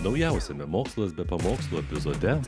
naujausiame mokslas be pamokslų epizode